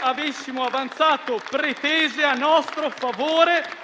avessimo avanzato pretese a nostro favore